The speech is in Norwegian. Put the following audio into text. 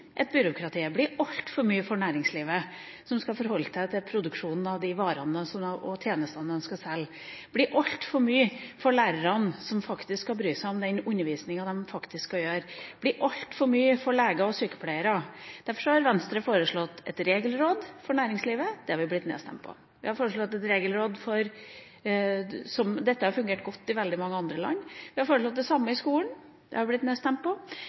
blir altfor mye for næringslivet, som skal forholde seg til produksjon av de varene og tjenestene de skal selge. Det blir altfor mye for lærerne, som faktisk skal bry seg om den undervisningen de skal gi. Det blir altfor mye for leger og sykepleiere. Derfor har Venstre foreslått et regelråd for næringslivet. Det har vi blitt nedstemt på. Dette har fungert godt i veldig mange andre land. Vi har foreslått det samme i skolen. Det har vi blitt